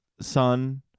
son